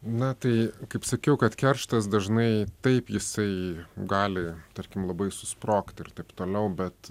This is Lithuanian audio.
na tai kaip sakiau kad kerštas dažnai taip jisai gali tarkim labai susprogti ir taip toliau bet